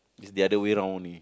is the other way round only